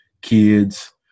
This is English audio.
kids